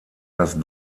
das